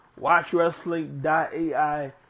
Watchwrestling.ai